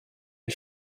les